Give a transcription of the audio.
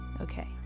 Okay